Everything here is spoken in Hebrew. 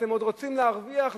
אתם עוד רוצים להרוויח,